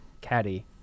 Caddy